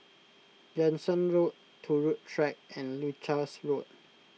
Jansen Road Turut Track and Leuchars Road